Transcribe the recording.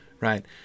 right